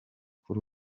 kuri